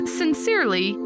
sincerely